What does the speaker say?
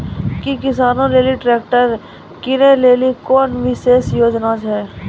कि किसानो लेली ट्रैक्टर किनै लेली कोनो विशेष योजना छै?